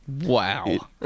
wow